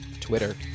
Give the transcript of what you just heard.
Twitter